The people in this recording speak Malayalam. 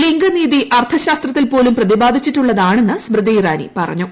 ലിംഗനീതി അർത്ഥ ശാസ്ത്രത്തിൽ പോലൂം പ്രതിപാദിച്ചിട്ടുള്ളതാണെന്ന് സ്മൃതി ഇറാനി പറഞ്ഞു